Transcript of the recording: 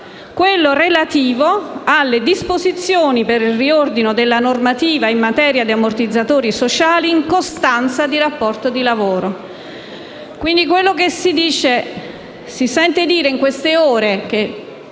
quello relativo alle disposizioni per il riordino della normativa in materia di ammortizzatori sociali in costanza di rapporto di lavoro. Quindi, quello che si sente dire in queste ore -